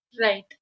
right